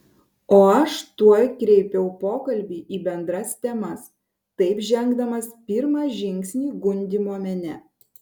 o aš tuoj kreipiau pokalbį į bendras temas taip žengdamas pirmą žingsnį gundymo mene